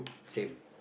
same